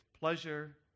Pleasure